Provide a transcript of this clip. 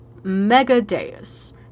Megadeus